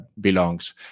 belongs